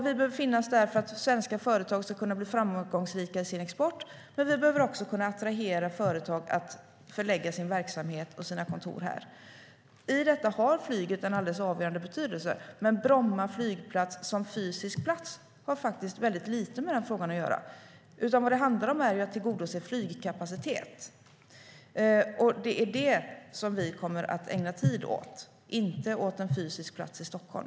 Vi behöver finnas där för att de svenska företagen ska kunna bli framgångsrika i sin export. Vi behöver också kunna attrahera företag så att de förlägger sin verksamhet och sina kontor hit. I detta är flyget av avgörande betydelse, men Bromma flygplats som fysisk plats har faktiskt ytterst lite med den frågan att göra. Vad det handlar om är att tillgodose flygkapacitet. Det är det vi kommer att ägna tid åt, inte åt en fysisk plats i Stockholm.